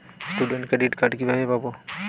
Student credit card কিভাবে পাব?